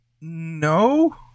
No